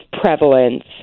prevalence